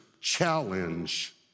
challenge